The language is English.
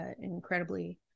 incredibly